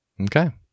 Okay